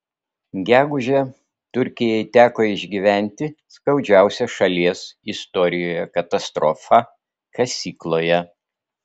gegužę turkijai teko išgyventi skaudžiausią šalies istorijoje katastrofą kasykloje